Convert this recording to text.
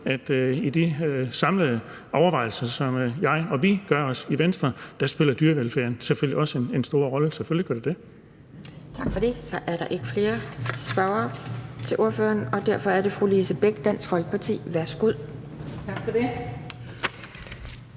at i de samlede overvejelser, som jeg og vi gør os i Venstre, spiller dyrevelfærden selvfølgelig også en stor rolle. Selvfølgelig gør den det. Kl. 12:48 Anden næstformand (Pia Kjærsgaard): Tak for det. Så er der ikke flere spørgere til ordføreren. Og derfor er det fru Lise Bech, Dansk Folkeparti. Værsgo. Kl.